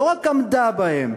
לא רק עמדה בהן,